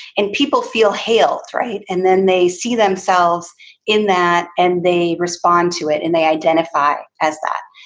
and people feel helth. right. and then they see themselves in that and they respond to it and they identify as that.